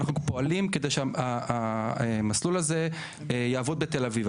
אנחנו פועלים כדי שהמסלול הזה יעבוד בתל אביב.